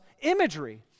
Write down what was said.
imagery